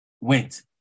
went